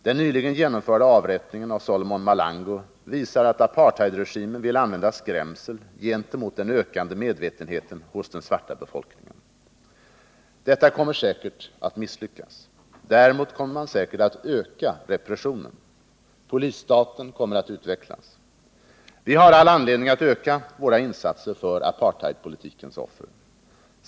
Den nyligen genomförda avrättningen av Solomon Mahlangu visar att apartheidregimen vill använda skrämsel gentemot den ökande medvetenheten hos den svarta befolkningen. Detta kommer säkert att misslyckas. Däremot kommer man helt visst att öka repressionen. Polisstaten kommer att utvecklas. Vi har all anledning att öka våra insatser för apartheidpolitikens offer.